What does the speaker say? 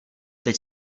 teď